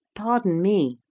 pardon me,